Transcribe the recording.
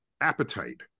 appetite